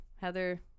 Heather